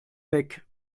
weg